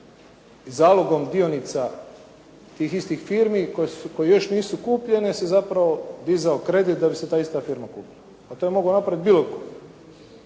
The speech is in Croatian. i zalogom dionica tih istih firmi koje još nisu kupljene se zapravo dizao kredit da bi se ta ista firma kupila. Pa to je mogao napraviti bilo tko.